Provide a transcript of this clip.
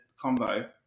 combo